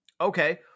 okay